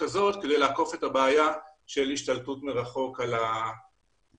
כזאת כדי לעקוף את הבעיה של השתלטות מרחוק על המחשב.